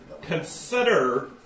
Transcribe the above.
consider